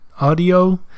audio